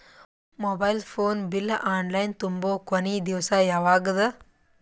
Mobile phone bill online ತುಂಬೊ ಕೊನಿ ದಿವಸ ಯಾವಗದ?